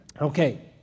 Okay